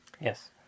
Yes